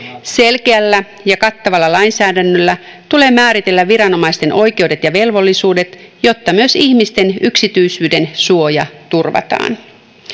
selkeällä ja kattavalla lainsäädännöllä tulee määritellä viranomaisten oikeudet ja velvollisuudet jotta myös ihmisten yksityisyydensuoja turvataan